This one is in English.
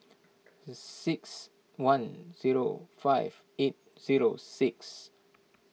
six one zero five eight zero six